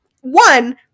one